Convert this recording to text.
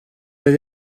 oedd